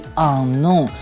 unknown